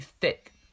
thick